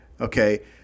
Okay